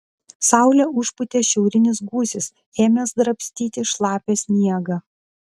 saulę užpūtė šiaurinis gūsis ėmęs drabstyti šlapią sniegą